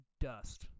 dust